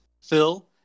Phil